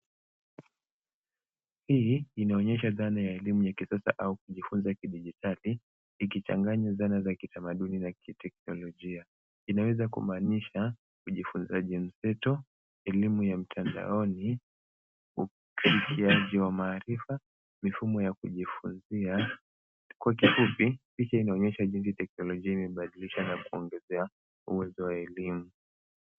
Hii inaonyesha dhana ya elimu ya kisasa au kujifunza kidigitali ikichanganya idara za kitamaduni za kiteknolojia. Inaweza kumaanisha ujifunzaji mseto, elimu ya mtandaoni, upitiaji wa maarifa, mifumo ya kujifunzia. Kwa kifupi, picha inaonyesha jinsi teknolojia imebadilisha na kuongeza uwezo wa elimu.